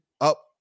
up